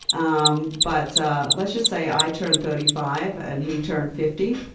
um but let's just say i turned thirty five and he turned fifty.